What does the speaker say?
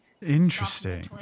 Interesting